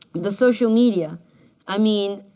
the social media i mean,